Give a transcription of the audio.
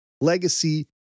legacy